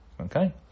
okay